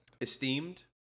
Esteemed